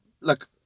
look